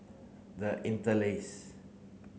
the Interlace